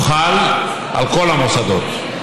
הוא חל על כל המוסדות.